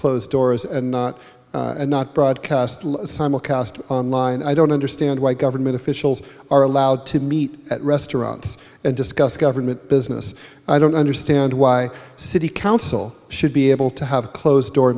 closed doors and not not broadcast online i don't understand why government officials are allowed to meet at restaurants and discuss government business i don't understand why city council should be able to have a closed door